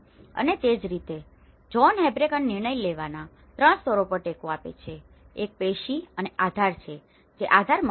અને તે જ રીતે જ્હોન હેબ્રેકેન નિર્ણય લેવાના 3 સ્તરો પર ટેકો આપે છે એક પેશી અને આધાર છે જે આધાર મકાન છે